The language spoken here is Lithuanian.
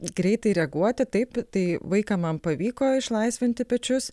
greitai reaguoti taip tai vaiką man pavyko išlaisvinti pečius